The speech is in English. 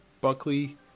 Buckley